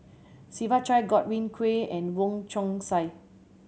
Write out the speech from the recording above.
Siva Choy Godwin Koay and Wong Chong Sai